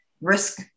risk